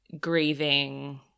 grieving